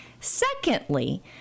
Secondly